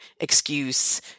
excuse